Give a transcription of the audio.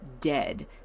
dead